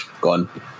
gone